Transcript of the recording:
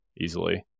easily